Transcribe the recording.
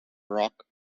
rock